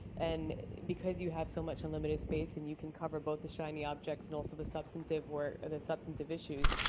and because you have so much unlimited space, and you can cover both the shiny objects and also the substantive work, or the substantive issues,